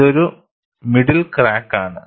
ഇതൊരു മിഡിൽ ക്രാക്കാണ്